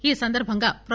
ఈ సందర్బంగా ప్రో